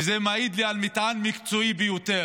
וזה מעיד על מטען מקצועי ביותר.